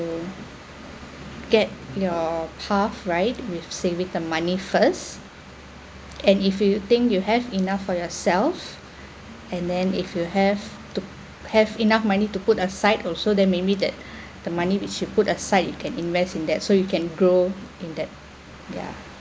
get your path right with saving the money first and if you think you have enough for yourself and then if you have to have enough money to put aside also then maybe that the money we should put aside you can invest in that so you can grow in that ya